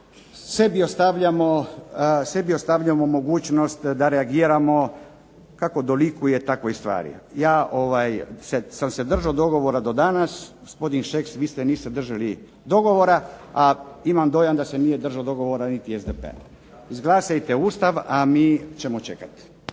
sebi ostavljamo mogućnost da reagiramo kako dolikuje takvoj stvari. Ja sam se držao dogovora do danas, gospodin Šeks vi se niste držali dogovora, a imam dojam da se nije držao dogovora ni SDP. Izglasajte Ustav, a mi ćemo čekati.